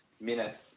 minutes